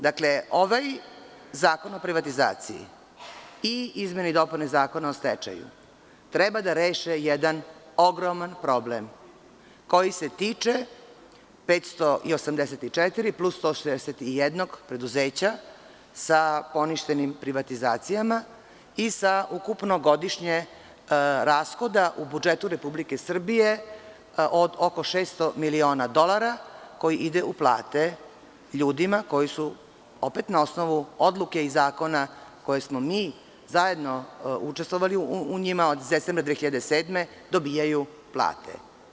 Dakle, ovaj Zakon o privatizaciji i izmene i dopune Zakona o stečaju treba da reše jedan ogroman problem koji se tiče 584 plus 161 preduzeća sa poništenim privatizacijama i sa ukupno godišnjeg rashoda u budžetu Republike Srbije od oko 600 miliona dolara, koji ide u plate ljudima koji su, opet na osnovu odluke i zakona u kojima smo zajedno učestvovali od 2007. godine, dobijaju plate.